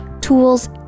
tools